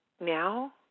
now